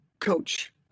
coach